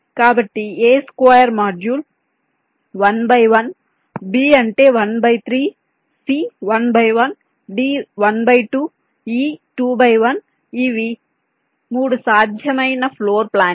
కాబట్టి A square module 1 by 1 B అంటే 1 by 3 C 1 by 1 D 1 by 2 E 2 by 1 ఇవి 3 సాధ్యం ఫ్లోర్ ప్లానింగ్స్